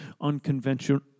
unconventional